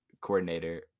coordinator